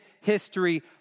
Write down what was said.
history